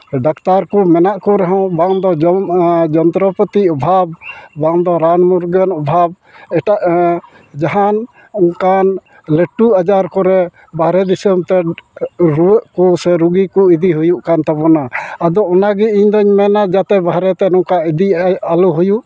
doctor ᱠᱚ ᱢᱮᱱᱟᱜ ᱠᱚ ᱨᱮᱦᱚᱸ ᱵᱟᱝ ᱫᱚ ᱡᱚᱱᱛᱨᱚᱯᱟᱹᱛᱤ ᱚᱵᱷᱟᱵᱽ ᱵᱟᱝ ᱫᱚ ᱨᱟᱱ ᱢᱩᱨᱜᱟᱹᱱ ᱚᱵᱷᱟᱵᱽ ᱮᱴᱟᱜ ᱡᱟᱦᱟᱱ ᱚᱱᱟᱠᱟᱱ ᱞᱟᱹᱴᱩ ᱟᱡᱟᱨ ᱠᱚᱨᱮ ᱵᱟᱨᱦᱮ ᱫᱤᱥᱚᱢᱛᱮ ᱨᱩᱣᱟᱹᱜ ᱠᱚ ᱥᱮ ᱨᱩᱜᱤ ᱠᱚ ᱤᱫᱤ ᱦᱩᱭᱩᱜ ᱠᱟᱱ ᱛᱟᱵᱚᱱᱟ ᱟᱫᱚ ᱚᱱᱟ ᱜᱮ ᱤᱧ ᱫᱚᱧ ᱢᱮᱱᱟ ᱡᱟᱛᱮ ᱵᱟᱦᱨᱮ ᱛᱮ ᱱᱚᱝᱠᱟ ᱤᱫᱤ ᱟᱞᱚ ᱦᱩᱭᱩᱜ